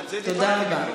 תודה רבה.